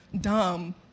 Dumb